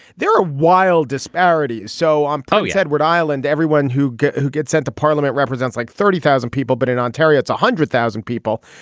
there are wild disparities. so i'm told edward island everyone who who gets sent to parliament represents like thirty thousand people but in ontario it's one hundred thousand people.